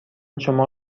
شما